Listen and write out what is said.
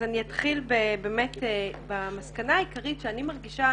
אני אתחיל במסקנה העיקרית שאני מרגישה,